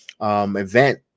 event